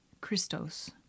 Christos